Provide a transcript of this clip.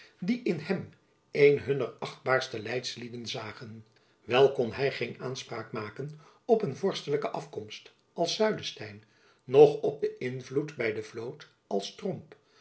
die in hem een hunner achtbaarste leidslieden zagen wel kon hy geen aanspraak maken op een vorstelijke afkomst als zuylesteyn noch op invloed by de vloot als tromp